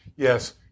Yes